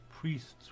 priests